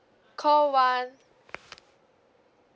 call one